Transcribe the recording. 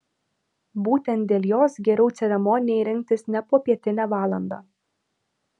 būtent dėl jos geriau ceremonijai rinktis ne popietinę valandą